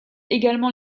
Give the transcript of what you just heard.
également